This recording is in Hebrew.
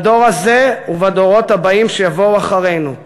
בדור הזה ובדורות הבאים, שיבואו אחרינו,